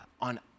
on